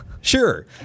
Sure